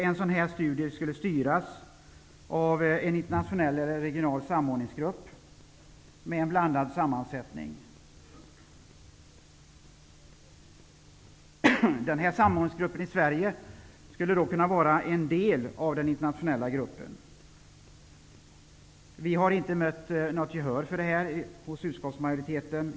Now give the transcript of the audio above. En sådan studie skall styras av en internationell eller regional samordningsgrupp med en blandad sammansättning. Samordningsgruppen i Sverige kan vara en del av den internationella gruppen. Vi har inte mött något gehör för det förslaget hos utskottsmajoriteten.